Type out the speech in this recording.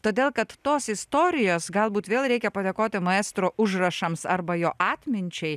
todėl kad tos istorijos galbūt vėl reikia padėkoti maestro užrašams arba jo atminčiai